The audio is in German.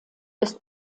ist